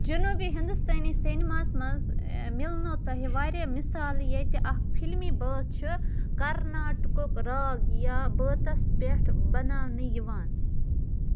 جنوٗبی ہندوستٲنی سنیماہَس منٛز مِلنَو تۄہہِ واریاہ مِثالہٕ ییٚتہِ اکھ فلمی بٲتھ چھُ کارناٹک راگ یا بٲتَس پٮ۪ٹھ بنٛاونہٕ یِوان